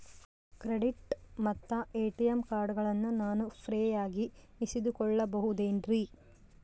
Credit ಮತ್ತ ATM ಕಾರ್ಡಗಳನ್ನ ನಾನು ಫ್ರೇಯಾಗಿ ಇಸಿದುಕೊಳ್ಳಬಹುದೇನ್ರಿ?